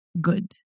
good